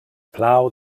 plough